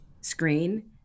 screen